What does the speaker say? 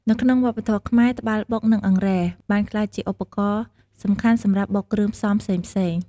នៅក្នុងវប្បធម៌ខ្មែរ ត្បាល់បុក និងអង្រែបានក្លាយជាឧបករណ៍សំខាន់សម្រាប់បុកគ្រឿងផ្សំផ្សេងៗ ។